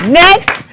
next